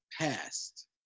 past